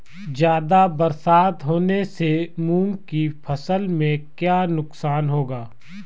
ज़्यादा बरसात होने से मूंग की फसल में क्या नुकसान होगा?